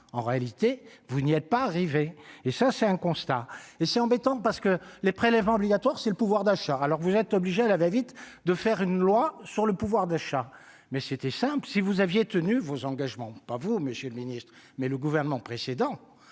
en réalité vous n'y êtes pas arrivé et ça c'est un constat et c'est embêtant parce que les prélèvements obligatoires, c'est le pouvoir d'achat, alors vous êtes obligés à la vite de faire une loi sur le pouvoir d'achat, mais c'était simple : si vous aviez tenu vos engagements, pas vous, Monsieur le Ministre, mais le gouvernement précédent